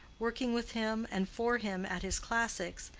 working with him and for him at his classics,